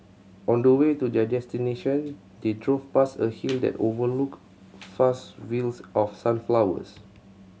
on the way to their destination they drove past a hill that overlooked fields of sunflowers